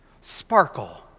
Sparkle